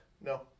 No